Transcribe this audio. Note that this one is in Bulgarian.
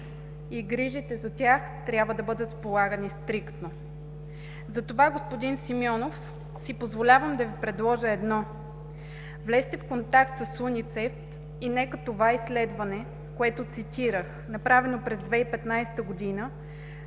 и грижите за тях трябва да бъдат полагани стриктно. Затова, господин Симеонов, си позволявам да Ви предложа едно: влезте в контакт с УНИЦЕФ и нека изследването, което цитирах, направено през 2015 г.,